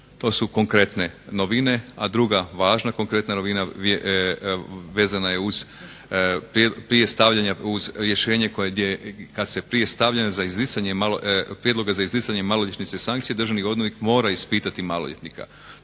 To su konkretne novine, a druga važna konkretna novina vezana je uz rješenje koje kad se prije stavljanja za izricanje, prijedloga za izricanje maloljetničke sankcije Državni odvjetnik mora ispitati maloljetnika.